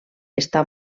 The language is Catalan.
està